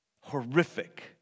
horrific